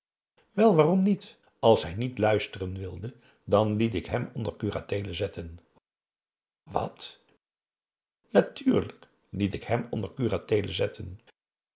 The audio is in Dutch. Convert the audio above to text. wel waarom niet als hij niet luisteren wilde dan liet ik hem onder curateele zetten wat natuurlijk liet ik hem onder curateele zetten